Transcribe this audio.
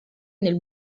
nel